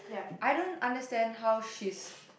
I don't understand how she's